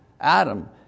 Adam